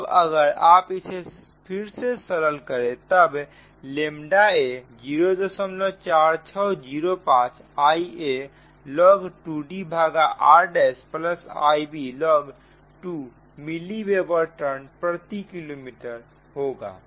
अब अगर आप इसे फिर से सरल करें तब a 04605 Ialog 2Dr' Iblog 2 मिली वेबर टर्न प्रति किलोमीटर होगा